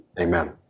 Amen